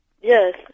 yes